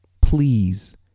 Please